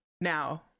Now